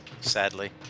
Sadly